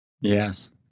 Yes